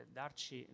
darci